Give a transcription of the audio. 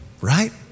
right